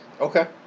Okay